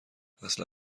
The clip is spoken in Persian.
اصلا